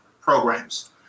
programs